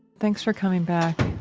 thanks for coming back.